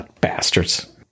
Bastards